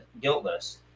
guiltless